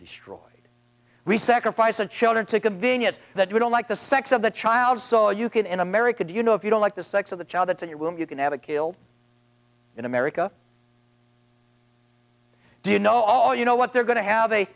destroyed we sacrifice the children to convenience that we don't like the sex of the child so you can in america do you know if you don't like the sex of the child that's in your womb you can have it killed in america do you know all you know what they're going to have a